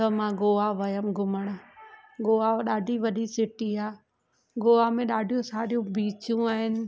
त मां गोवा वयमि घुमणु गोवा व ॾाढी वॾी सिटी आहे गोवा में ॾाढियूं सारियूं बीचूं आहिनि